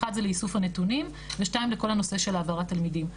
אחד זה לאיסוף הנתונים ושתיים לכל הנושא של העברת התלמידים.